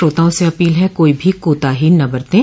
श्रोताओं से अपील है कि कोई भी कोताही न बरतें